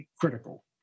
critical